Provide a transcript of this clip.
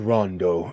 Rondo